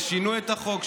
ושינו את החוק,